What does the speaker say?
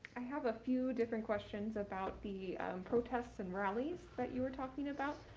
i have a few different questions about the protests and rallies that you were talking about.